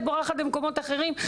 את בורחת למקומות אחרים,